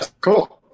Cool